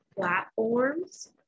platforms